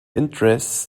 interests